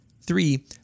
Three